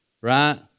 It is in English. right